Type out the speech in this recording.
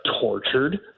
tortured